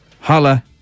holla